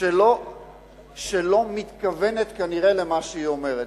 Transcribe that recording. שלא מתכוונת כנראה למה שהיא אומרת.